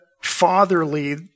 fatherly